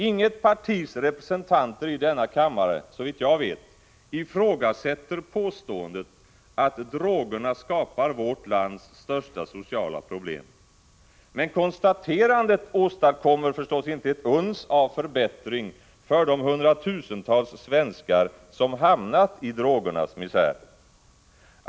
Inget partis representanter i denna kammare, såvitt jag vet, ifrågasätter påståendet att drogerna skapar vårt lands största sociala problem. Men konstaterandet åstadkommer förstås inte ett uns av förbättring för de hundratusentals svenskar som hamnat i drogernas misär.